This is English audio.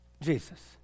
Jesus